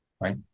right